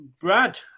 Brad